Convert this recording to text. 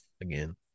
Again